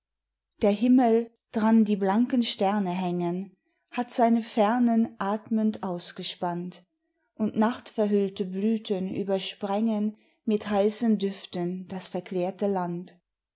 der himmel dran die blanken sterne hängen hat seine fernen atmend ausgespannt und nachtverhüllte blüten übersprengen mit heißen düften das verklärte land